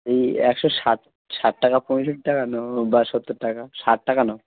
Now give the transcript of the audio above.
এই একশো ষাট ষাট টাকা পঁয়ষট্টি টাকা নাও বা সত্তর টাকা ষাট টাকা নাও